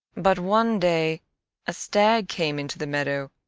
but one day a stag came into the meadow,